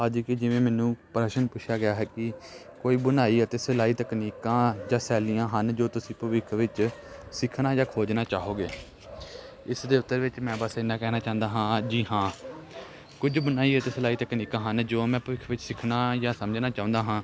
ਅੱਜ ਕਿ ਜਿਵੇਂ ਮੈਨੂੰ ਪ੍ਰਸ਼ਨ ਪੁੱਛਿਆ ਗਿਆ ਹੈ ਕਿ ਕੋਈ ਬੁਣਾਈ ਅਤੇ ਸਿਲਾਈ ਤਕਨੀਕਾਂ ਜਾਂ ਸ਼ੈਲੀਆਂ ਹਨ ਜੋ ਤੁਸੀਂ ਭਵਿੱਖ ਵਿੱਚ ਸਿੱਖਣਾ ਜਾਂ ਖੋਜਣਾ ਚਾਹੋਗੇ ਇਸ ਦੇ ਉੱਤਰ ਵਿੱਚ ਮੈਂ ਬਸ ਇੰਨਾਂ ਕਹਿਣਾ ਚਾਹੁੰਦਾ ਹਾਂ ਜੀ ਹਾਂ ਕੁਝ ਬੁਣਾਈ ਅਤੇ ਸਿਲਾਈ ਤਕਨੀਕਾਂ ਹਨ ਜੋ ਮੈਂ ਭਵਿੱਖ ਵਿੱਚ ਸਿੱਖਣਾ ਜਾਂ ਸਮਝਣਾ ਚਾਹੁੰਦਾ ਹਾਂ